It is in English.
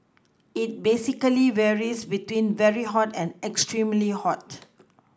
it basically varies between very hot and extremely hot